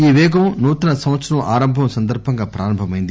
ఈ పేగం నూతన సంవత్సర ఆరంభం సందర్బంగా ప్రారంభమైంది